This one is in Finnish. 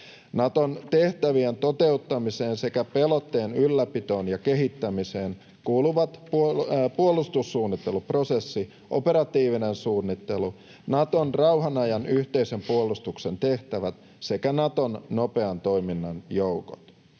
Naton tehtävien toteuttamiseen sekä pelotteen ylläpitoon ja kehittämiseen kuuluvat puolustussuunnitteluprosessi, operatiivinen suunnittelu, Naton rauhanajan yhteisen puolustuksen tehtävät sekä Naton nopean toiminnan joukot.